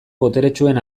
boteretsuen